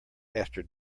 after